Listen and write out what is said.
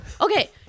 okay